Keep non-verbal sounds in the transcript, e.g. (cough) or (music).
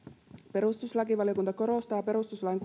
perustuslakivaliokunta korostaa perustuslain (unintelligible)